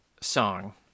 song